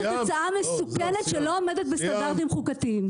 זאת תוצאה מסוכנת שלא עומדת בסטנדרטים חוקתיים.